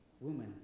woman